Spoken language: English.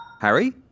Harry